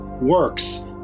works